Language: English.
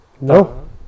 No